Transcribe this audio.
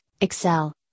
Excel